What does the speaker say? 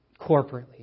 corporately